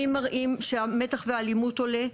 המחקרים מראים שהמתח והאלימות עולים,